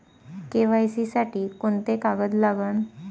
KYC साठी कोंते कागद लागन?